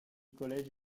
college